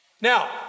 Now